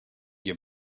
your